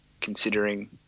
considering